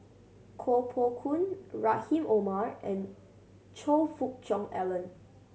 Koh Poh Koon Rahim Omar and Choe Fook Cheong Alan